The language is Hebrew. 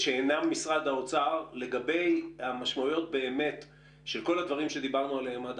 שאינם משרד האוצר לגבי הנושאים שדיברנו עליהם עד